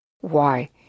Why